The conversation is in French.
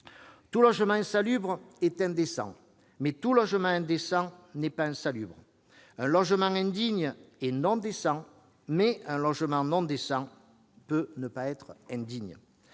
Tout logement insalubre est indécent, mais tout logement indécent n'est pas insalubre. Un logement indigne est non décent, mais un logement non décent peut ne pas être indigne.